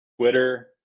Twitter